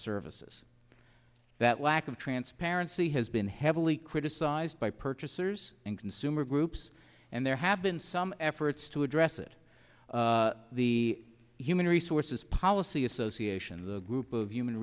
services that lack of transparency has been heavily criticized by purchasers and consumer groups and there have been some efforts to address it the human resources policy association the group of human